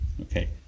Okay